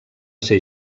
ser